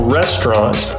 restaurants